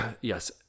yes